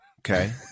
Okay